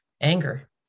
anger